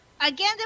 Again